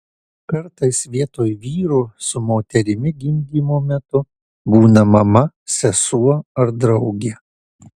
kartais vietoj vyro su moterimi gimdymo metu būna mama sesuo ar draugė